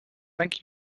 thank